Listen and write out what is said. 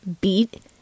beat